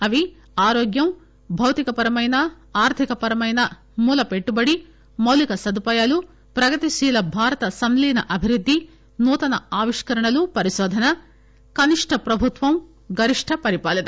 అవి ఆరోగ్యం భౌతికపరమైన ఆర్థిక పరమైన మూల పెట్టుబడి మౌలిక సదుపాయాలు ప్రగతిశీల భారత సంలీన అభివృద్ది నూతన ఆవిష్కరణలు పరిశోధన కనిష్ట ప్రభుత్వం గరిష్ట పరిపాలన